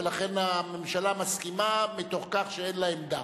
ולכן הממשלה מסכימה מתוך כך שאין לה עמדה.